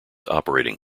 operating